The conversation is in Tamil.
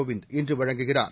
கோவிந்த் இன்று வழங்குகிறார்